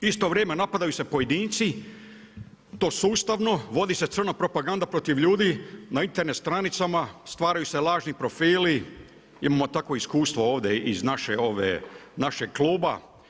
Istovremeno napadaju se pojedinci i to sustavno, vodi se crna propaganda protiv ljudi na Internet stranicama, stvaraju se lažni profili, imamo takvo iskustvo ovdje iz našeg kluba.